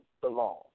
belong